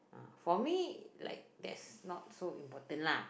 for me like that is not so important lah